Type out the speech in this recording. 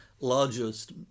largest